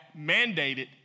mandated